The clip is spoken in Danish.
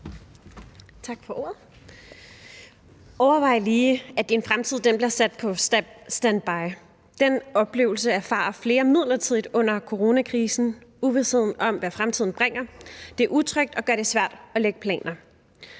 Overvej lige, at din fremtid bliver sat på standby. Den oplevelse og erfaring har flere midlertidigt under coronakrisen. Uvisheden om, hvad fremtiden bringer, er utryg og gør det svært at lægge planer.